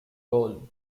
goal